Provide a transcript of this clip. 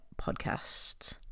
podcasts